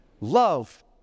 Love